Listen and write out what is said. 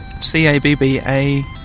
C-A-B-B-A